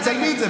תצייני את זה,